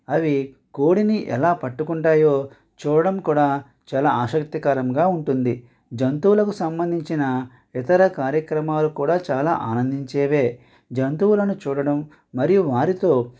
అవి కోడిని ఎలా పట్టుకుంటాయో చూడడం కూడా చాలా ఆసక్తికరంగా ఉంటుంది జంతువులకు సంబంధించిన ఇతర కార్యక్రమాలు కూడా చాలా ఆనందించేవే జంతువులను చూడడం మరియు వారితో